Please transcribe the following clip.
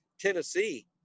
Tennessee